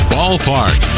Ballpark